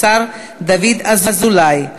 לשר דוד אזולאי.